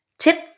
Tip